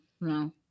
no